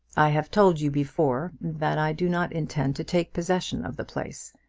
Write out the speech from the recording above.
i have told you before that i do not intend to take possession of the place.